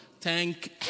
Thank